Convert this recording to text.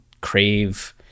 crave